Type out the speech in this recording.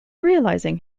realizing